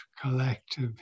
collective